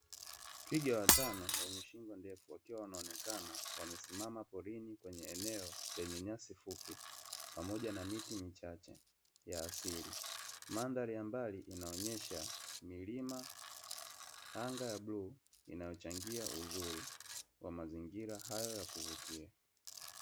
Twiga watano wenye shingo ndefu wakiwa wanaonekana wamesimama porini kwenye eneo lenye nyasi fupi pamoja na miti michache ya asili, mandhari ya mbali inaonyesha milima, anga la bluu inachangia uzuri wa mazingira hayo ya kuvutia.